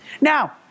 Now